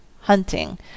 hunting